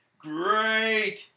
Great